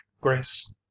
Grace